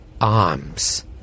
arms